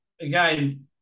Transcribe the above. again